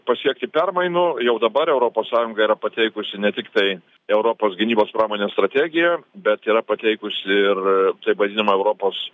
pasiekti permainų jau dabar europos sąjunga yra pateikusi ne tiktai europos gynybos pramonės strategiją bet yra pateikusi ir taip vadinamą europos